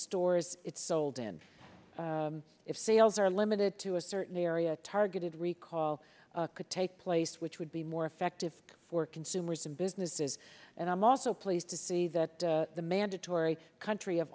stores it's sold in if sales are limited to a certain area targeted recall could take place which would be more effective for consumers and businesses and i'm also pleased to see that the mandatory country of